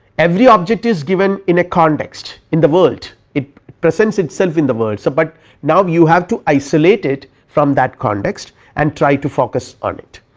every object is given in a context in the world it presents itself in the world so, but now you have to isolate it from that context and try to focus on it.